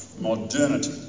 modernity